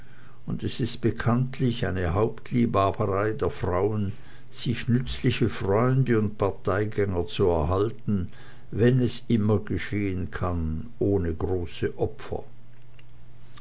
und es ist bekanntlich eine hauptliebhaberei der frauen sich nützliche freunde und parteigänger zu erhalten wenn es immer geschehen kann ohne große opfer